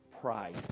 pride